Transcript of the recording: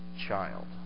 child